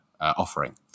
offering